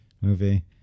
movie